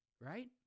right